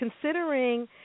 considering